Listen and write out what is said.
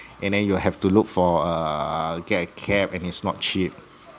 and then you have to look for uh get cab and it's not cheap